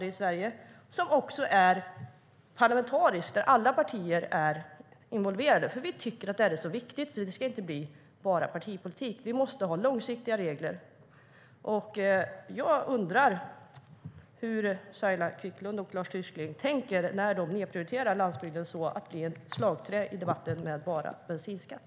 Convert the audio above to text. Den är också parlamentarisk - alla partier är involverade, för vi tycker att det här är så viktigt att det inte bara ska bli partipolitik. Vi måste ha långsiktiga regler. Jag undrar hur Saila Quicklund och Lars Tysklind tänker när de nedprioriterar landsbygden och reducerar den till ett slagträ i debatten om bensinskatt.